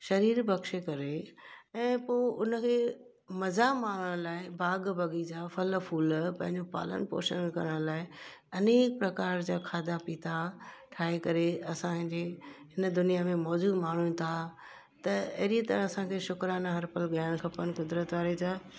सरीरु बक्षे करे ऐं पोइ हुनखे मज़ा माणण लाइ बाग़ु बाग़ीचा फल फूल पंहिंजो पालन पोषण करण लाइ अनेक प्रकार जा खाधा पीता ठाहे करे असांजे हिन दुनिया में मौज़ूं माणूं था त अहिड़ीअ तरह असांखे शुक्राना हर पल विहारण खपेनि क़ुदिरत वारे जा